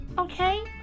Okay